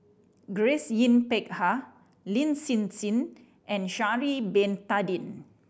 Grace Yin Peck Ha Lin Hsin Hsin and Sha'ari Bin Tadin